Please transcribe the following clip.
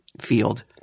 field –